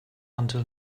until